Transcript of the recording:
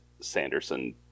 Sanderson